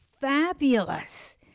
fabulous